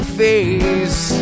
face